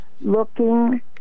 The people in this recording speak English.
looking